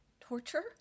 torture